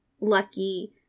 lucky